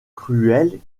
cruels